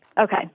Okay